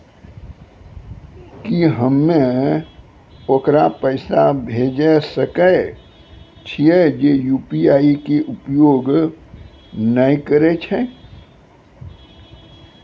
की हम्मय ओकरा पैसा भेजै सकय छियै जे यु.पी.आई के उपयोग नए करे छै?